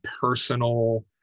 personal